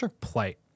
plight